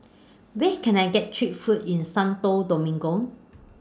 Where Can I get Cheap Food in Santo Domingo